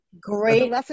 Great